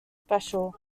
special